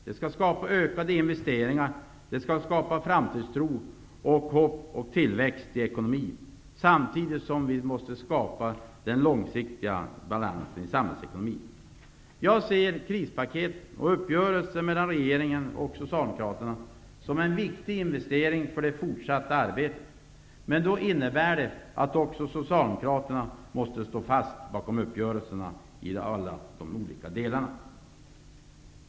Det skall skapa ökade investeringar, framtidstro, hopp och tillväxt i ekonomin, samtidigt som vi måste skapa den långsiktiga balansen i samhällsekonomin. Jag ser krispaketen och uppgörelsen mellan regeringen och Socialdemokraterna som en viktig investering för det fortsatta arbetet. Men det innebär att också Socialdemokraterna måste stå fast bakom uppgörelserna i alla de olika delarna.